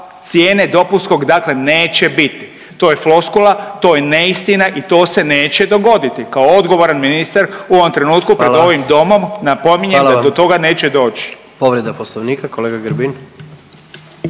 cijene dopunskog dakle neće biti, to je floskula, to je neistina i to se neće dogoditi, kao odgovoran ministar u ovom trenutku pred ovim Domom .../Upadica: Hvala./... napominjem do toga neće doći.